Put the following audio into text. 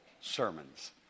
sermons